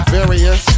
Various